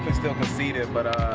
still conceited but ah,